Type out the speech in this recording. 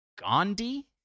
Gandhi